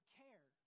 care